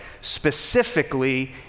specifically